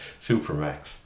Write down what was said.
Supermax